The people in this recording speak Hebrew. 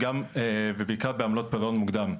וגם, ובעיקר בעמלות פרעון מוקדם.